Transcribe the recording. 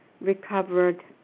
recovered